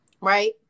Right